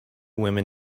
women